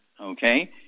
okay